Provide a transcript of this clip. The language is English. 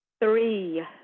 three